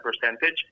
percentage